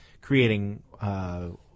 creating –